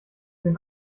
den